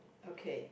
okay